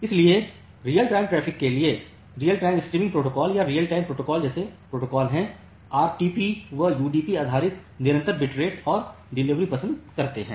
इसीलिए real time traffic के लिए रियल टाइम स्ट्रीमिंग प्रोटोकॉल या रियल टाइम प्रोटोकॉल जैसे प्रोटोकॉल होते हैं आरटीपी वे यूडीपी आधारित निरंतर बिट रेट डिलीवरी पसंद करते हैं